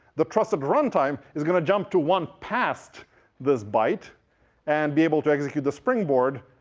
the trusted runtime is going to jump to one past this byte and be able to execute the springboard.